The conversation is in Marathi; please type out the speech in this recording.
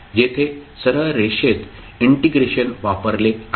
जेथे सरळ रेषेत इंटिग्रेशन वापरले आहे